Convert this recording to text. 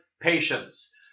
Patience